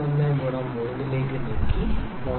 01 ഗുണം 3 ലേക്ക് നീക്കി 0